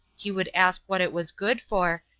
he would ask what it was good for,